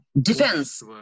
Defense